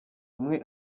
umwe